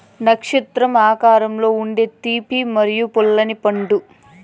నక్షత్రం ఆకారంలో ఉండే తీపి మరియు పుల్లని పండు